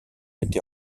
été